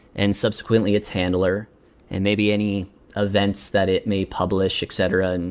and, subsequently, it's handler and maybe any events that it may publish, et cetera, and